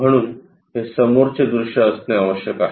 म्हणून हे समोरचे दृश्य असणे आवश्यक आहे